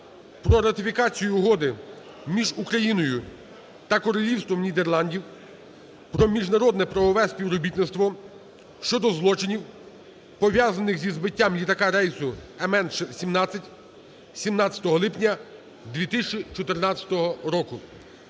про ратифікацію Угоди між Україною та Королівством Нідерландів про міжнародне правове співробітництво щодо злочинів, пов'язаних зі збиттям літака рейсу МН17 17 липня 2014 року